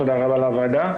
תודה רבה על הוועדה.